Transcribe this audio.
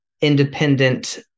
independent